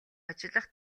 ажиллах